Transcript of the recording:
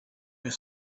your